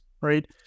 right